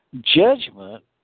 judgment